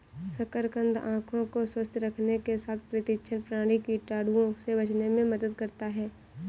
शकरकंद आंखों को स्वस्थ रखने के साथ प्रतिरक्षा प्रणाली, कीटाणुओं से बचाने में मदद करता है